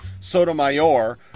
Sotomayor